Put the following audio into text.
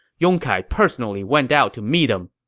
yong kai personally went out to meet him.